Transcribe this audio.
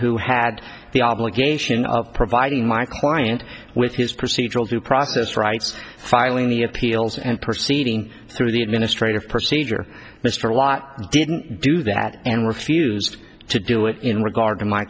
who had the obligation of providing my client with his procedural due process rights filing the appeals and perceiving through the administrative procedure mr lott didn't do that and refused to do it in regard to my